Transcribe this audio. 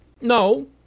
no